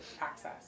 access